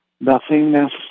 nothingness